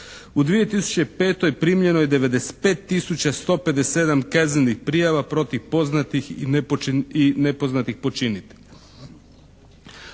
U 2005. primljeno je 95 tisuća 157 kaznenih prijava protiv poznatih i nepoznatih počinitelja.